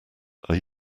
are